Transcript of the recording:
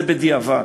זה בדיעבד".